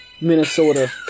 Minnesota